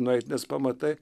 nueit nes pamatai